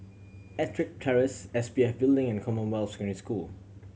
Ettrick Terrace S P F Building and Commonwealth Secondary School